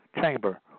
Chamber